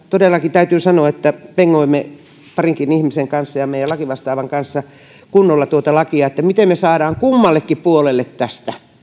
todellakin täytyy sanoa että tässä pengoimme parinkin ihmisen kanssa ja meidän lakivastaavamme kanssa kunnolla tuota lakia miten me saamme kummallekin puolelle tästä